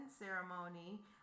ceremony